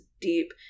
deep